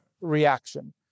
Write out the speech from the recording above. reaction